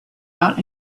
out